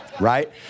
Right